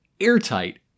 Airtight